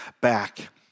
back